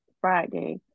Friday